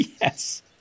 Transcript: Yes